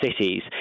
cities